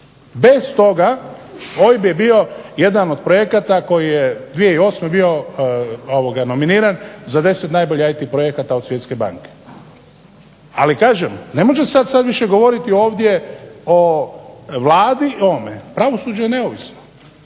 Bez toga OIB je bio jedan od projekata koji je 2008. bio nominiran za 10 najboljih IT projekata od Svjetske banke. Ali kažem, ne može se sad više govoriti ovdje o Vladi i ovome. Pravosuđe je neovisno.